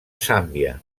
zàmbia